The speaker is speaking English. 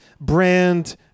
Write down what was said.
brand